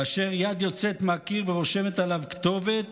כאשר יד יוצאת מהקיר ורושמת עליו כתובת,